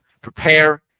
Prepare